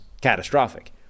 catastrophic